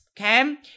okay